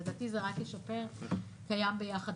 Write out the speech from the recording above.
לדעתי זה רק ישפר קיים ביחד.